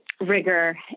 rigor